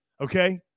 Okay